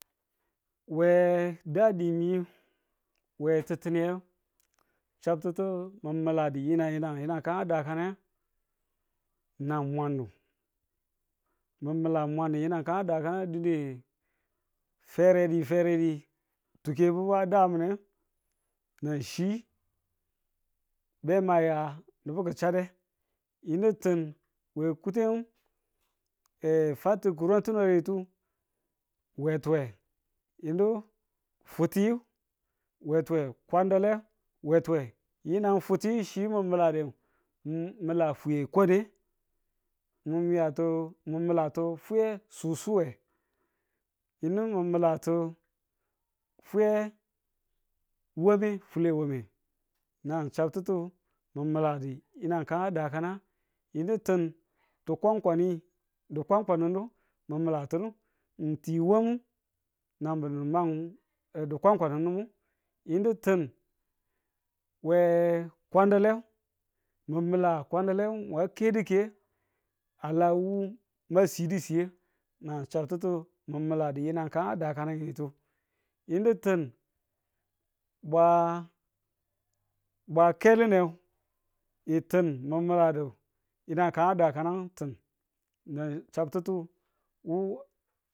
we dadime we ti̱ttinitu, chabtutu min miladi yinang yinang, yinang kan dakane nan mwannu mi mila mwannu yinang kan a dakane dine feredi feredi tugebubu a damune nan chi be ma ya nubu ki̱ chade yinu tun we kuten fatu kurotunu wetu we tuwe yinu futi we tuwe kwandale we tuwe yinang futi chi mi milade mi mila fwiye kode, mi miyatu mi milatu fwiye susuwe yinu mi milatu fwiye wabe fule wamme nan chabtutu mi miladu yinang kan a dakanang yinu tin di̱kwankwani di̱kwankwanannu mi milatunu ng ti wamu nan bunu man a di̱kwankwanannu yinu tin we kwandale, mi mila kwandale mwa kedike a la wu mwa sidi siye nan chabtutu mi miladu yinang kan a dakamine tu. yinu tin, bwa bwa kelinne yi tin mi miladu yinang kan dakane ng tin. nan chabtu wu